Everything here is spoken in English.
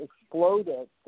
exploded